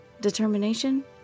Determination